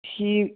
ٹھیٖک